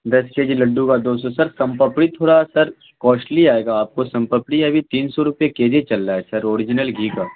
دس K G laddoo کا دو سو سر سون پاپڑی تھوڑا سر کوسٹلی آئے گا آپ کو سون پاپڑی ابھی تین سو روپئے کے جی چل رہا ہے سر اوریجنل گھی کا